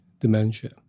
dementia